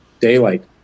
daylight